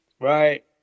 Right